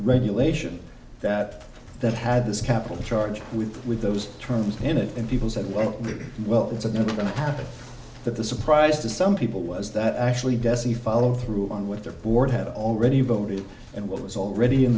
regulation that that had this capital charge with with those terms in it and people said well well it's a going to happen but the surprise to some people was that actually dessie follow through on what their board had already voted and what was already in